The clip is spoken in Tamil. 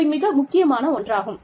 இவை மிக முக்கியமான ஒன்றாகும்